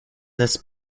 this